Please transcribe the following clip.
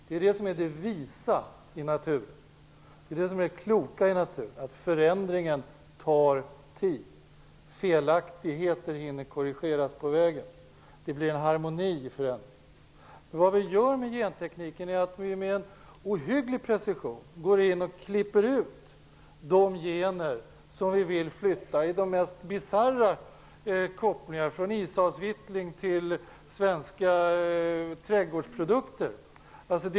Det visa i naturen är alltså att en förändring tar tid. Felaktigheter hinner därmed korrigeras på vägen. Det blir en harmoni. Vad vi gör med gentekniken är att vi med ohygglig precision klipper ut gener som vi vill flytta. Det gäller de mest bisarra kopplingar, från Ishavsvitling till svenska trädgårdsprodukter.